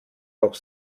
auch